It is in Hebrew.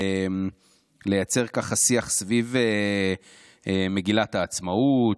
לייצר ככה שיח סביב מגילת העצמאות,